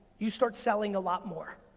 you start selling a lot more.